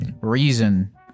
reason